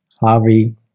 Harvey